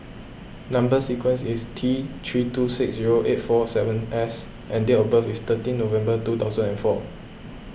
Number Sequence is T three two six zero eight four seven S and date of birth is thirteen November two thousand and four